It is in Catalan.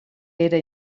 era